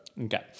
Okay